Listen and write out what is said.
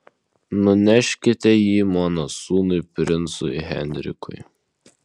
nuneškite jį mano sūnui princui henrikui